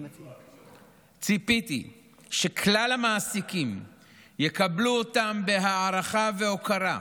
ציפיתי שכלל המעסיקים יקבלו אותם בהערכה ובהוקרה,